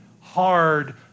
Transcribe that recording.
hard